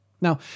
Now